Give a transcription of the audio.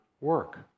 work